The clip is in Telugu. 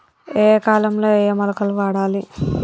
ఏయే కాలంలో ఏయే మొలకలు వాడాలి?